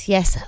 Yes